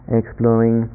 exploring